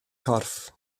corff